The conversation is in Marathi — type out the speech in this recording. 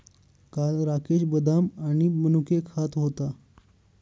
काल राकेश बदाम आणि मनुके खात होता